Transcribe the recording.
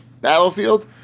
battlefield